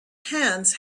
hands